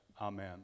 Amen